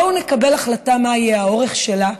בואו נקבל החלטה מה יהיה האורך שלה,